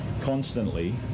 constantly